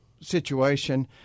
situation